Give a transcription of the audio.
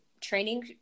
training